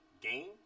game